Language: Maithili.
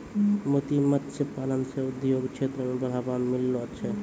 मोती मत्स्य पालन से उद्योग क्षेत्र मे बढ़ावा मिललो छै